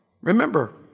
Remember